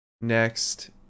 next